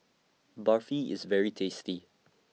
Barfi IS very tasty